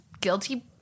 guilty